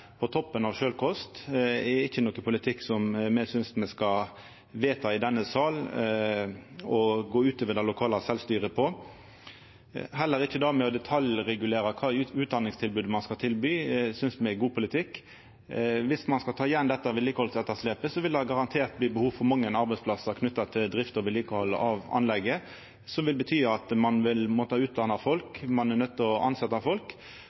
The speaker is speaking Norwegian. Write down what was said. på 50 kr på toppen av sjølvkost. Det er ikkje ein politikk me synest me skal vedta i denne salen – å gå utover det lokale sjølvstyret. Heller ikkje å detaljregulera kva utdanningstilbod ein skal tilby, synest me er god politikk. Om ein skal ta att dette vedlikehaldsetterslepet, vil det garantert bli behov for mange arbeidsplassar knytte til drift og vedlikehald av anlegget, som vil bety at ein vil måtta utdanna folk, ein er nøydd til å tilsetja folk.